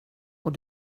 och